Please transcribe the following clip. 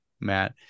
Matt